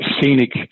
scenic